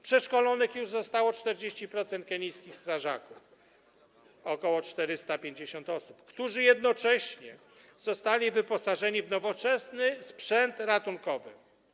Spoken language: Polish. Przeszkolonych już zostało 40% kenijskich strażaków, ok. 450 osób, którzy jednocześnie zostali wyposażeni w nowoczesnych sprzęt ratunkowy.